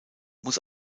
muss